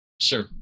Sure